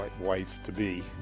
wife-to-be